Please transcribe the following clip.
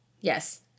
Yes